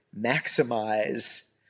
maximize